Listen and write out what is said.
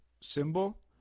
symbol